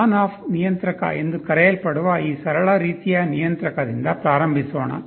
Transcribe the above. on off ನಿಯಂತ್ರಕ ಎಂದು ಕರೆಯಲ್ಪಡುವ ಈ ಸರಳ ರೀತಿಯ ನಿಯಂತ್ರಕದಿಂದ ಪ್ರಾರಂಭಿಸೋಣ